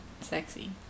sexy